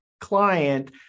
client